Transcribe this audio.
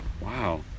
Wow